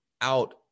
out